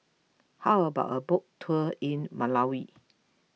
how about a boat tour in Malawi